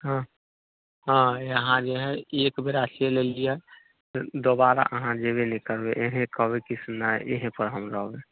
हँ हँ यहाँ जे हइ एकबेरा चलि अएलिए दोबारा अहाँ जेबे नहि करबै इहे कहबै कि नहि से इहेँपर हम रहबै